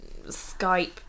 skype